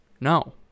No